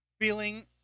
feeling